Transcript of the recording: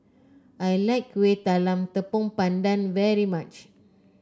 I like Kueh Talam Tepong Pandan very much